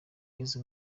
ageze